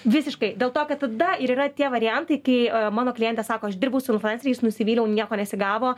visiškai dėl to kad tada ir yra tie variantai kai mano klientė sako aš dirbau su lnfluenceriais nusivyliau nieko nesigavo